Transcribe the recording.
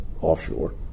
offshore